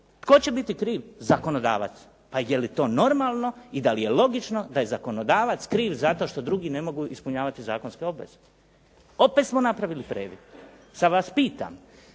Tko će biti kriv, zakonodavac. Pa je li to normalno i da li je logično da je zakonodavac kriv zato što drugi ne mogu ispunjavati zakonske obaveze. Opet smo napraviti previd. Sad vas pitam